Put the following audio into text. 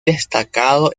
destacado